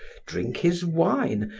drink his wine,